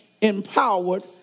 empowered